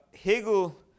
Hegel